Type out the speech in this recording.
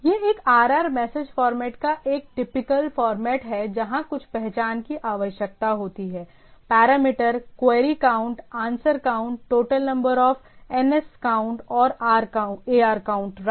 यह एक RR message format का एक टिपिकल फॉर्मेट है जहां कुछ पहचान की आवश्यकता होती है parameter query count answer count total number of NScount और ARcount राइट